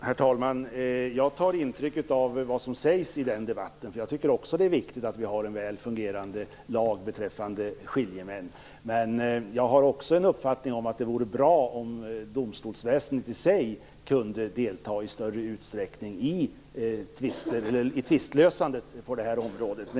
Herr talman! Jag tar intryck av vad som sägs i den debatten. Jag tycker också att det är viktigt att vi har en väl fungerande lag beträffande skiljemän. Men jag har också uppfattningen att det vore bra om domstolsväsendet i sig kunde delta i större utsträckning i tvistlösandet på det här området.